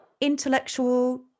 intellectual